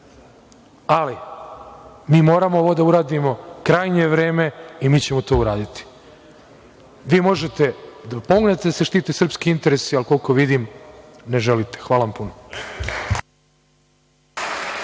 ali mi moramo ovo da uradimo, krajnje je vreme i mi ćemo to uraditi. Vi možete da pomognete da se štite srpski interesi, a koliko vidim ne želite. Hvala vam puno.